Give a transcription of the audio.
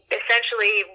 essentially